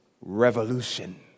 revolution